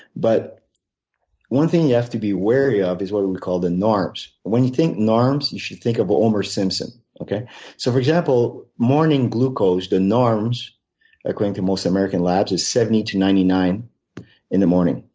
but one thing you have to be wary of is what and we call the norms. when you think norms, you should think about homer simpson. so for example, morning glucose, the norms according to most american labs is seventy to ninety nine in the morning.